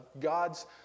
God's